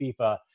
FIFA